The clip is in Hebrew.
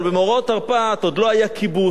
אבל במאורעות תרפ"ט עוד לא היה כיבוש,